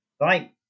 right